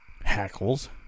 Hackles